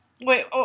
Wait